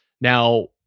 now